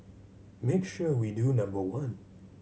make sure we do number one